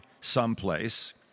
someplace